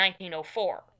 1904